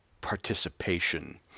participation